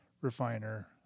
refiner